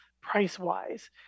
price-wise